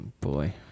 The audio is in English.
boy